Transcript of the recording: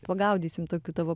pagaudysim tokių tavo